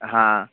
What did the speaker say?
हाँ